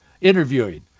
interviewing